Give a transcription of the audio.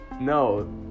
No